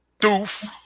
doof